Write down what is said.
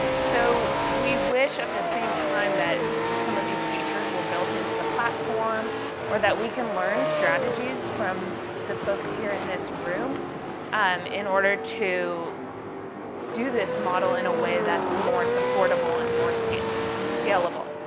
so we wish at the same time that some of these features were built into the platform or that we can learn strategies from the folks here in this room um in order to do this model in a way that's more supportable and more scalable.